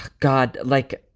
god. like,